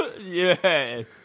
Yes